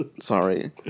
sorry